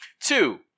Two